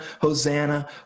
Hosanna